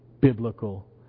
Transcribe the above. biblical